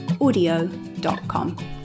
Audio.com